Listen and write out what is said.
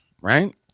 right